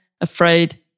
afraid